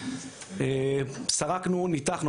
סרקנו וניתחנו.